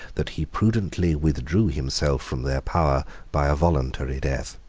that he prudently withdrew himself from their power by a voluntary death.